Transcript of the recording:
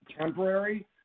temporary